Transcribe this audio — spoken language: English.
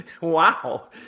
Wow